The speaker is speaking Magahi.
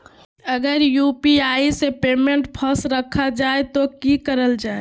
अगर यू.पी.आई से पेमेंट फस रखा जाए तो की करल जाए?